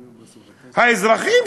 האזרחים,